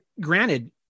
granted